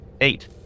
Eight